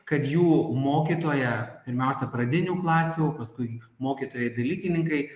kad jų mokytoja pirmiausia pradinių klasių o paskui mokytojai dalykininkai